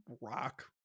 rock